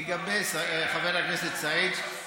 לגבי חבר הכנסת סעיד, תראה,